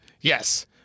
Yes